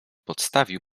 podstawił